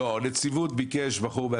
נציג הנציבות ביקש מראש להשתתף ב-זום.